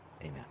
Amen